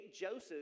Joseph